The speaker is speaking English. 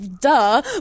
duh